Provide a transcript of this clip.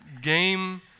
Game